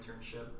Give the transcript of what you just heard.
internship